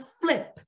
flip